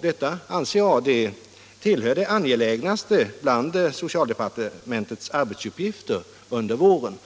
Detta anser jag tillhör det mest angelägna bland socialdepartementets arbetsuppgifter under våren.